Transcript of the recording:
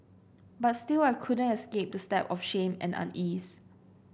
but still I couldn't escape the stab of shame and unease